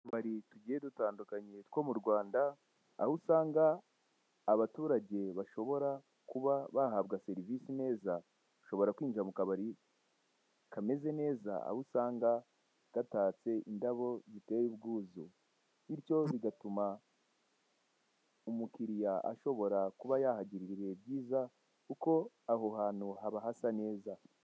Mu tubari tugiye dutandukanye two mu Rwanda aho usanga abaturage bashobora kuba bahabwa serivise neza, ushobora kwinjira mu kabari kameze neza, aho usanga gatatse indabo ziteye ubwuzu bityo bigatuma umukiriya ashobora kuba yahagirira ibihe byiza kuko aho hantu haba hasa neza.